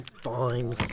fine